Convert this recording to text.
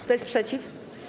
Kto jest przeciw?